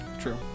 True